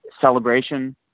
celebration